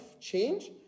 change